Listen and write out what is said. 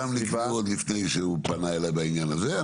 שכולם נקבעו עוד לפני שהוא פנה אליי בעניין הזה.